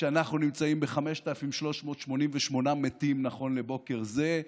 כשאנחנו נמצאים עם 5,388 מתים נכון לבוקר זה,